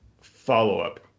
follow-up